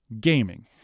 gaming